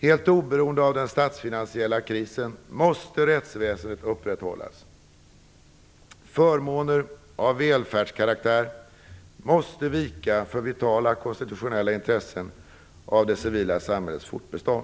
Helt oberoende av den statsfinansiella krisen måste rättsväsendet upprätthållas. Förmåner av välfärdskaraktär måste vika för vitala konstitutionella intressen av det civilrättsliga samhällets fortbestånd.